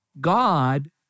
God